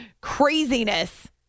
Craziness